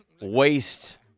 waste